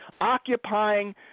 occupying